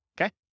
Okay